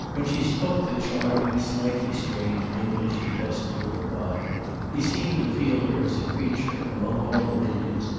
when she spoke the charming slightly strange english he best knew her by he seemed to feel her as a creature, among all the millions,